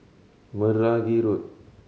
Meragi Road